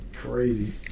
crazy